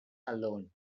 alone